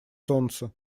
солнце